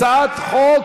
הצעת חוק